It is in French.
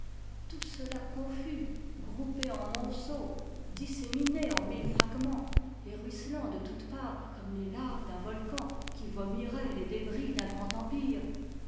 tout cela confus groupé en monceaux disséminé en mille fragmens et ruisselant de toutes parts comme les laves d'un volcan qui vomirait les débris d'un grand empire